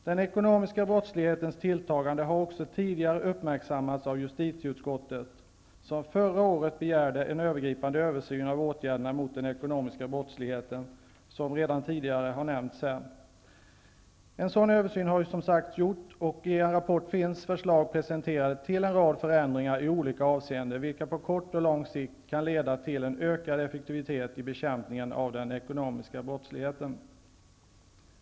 Den ekonomiska brottslighetens tilltagande har också tidigare uppmärksammats att justitieutskottet, som förra året begärde en övergripande översyn av åtgärderna mot den ekonomiska brottsligheten, vilket tidigare har nämnts här. En sådan översyn har nu gjorts. I en rapport finns förslag presenterade till en rad förändringar i olika avseenden, vilka på kort och lång sikt kan leda till en ökad effektivitet i bekämpningen av den ekonomiska brottsligheten.